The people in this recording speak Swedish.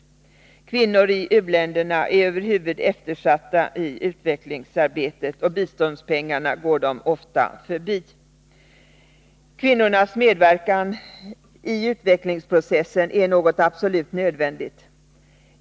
Kvinnor i u-länderna är över huvud eftersatta i utvecklingsarbetet, och biståndspengarna går dem ofta förbi. Kvinnornas medverkan i utvecklingsprocessen är något absolut nödvändigt.